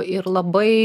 ir labai